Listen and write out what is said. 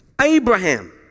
Abraham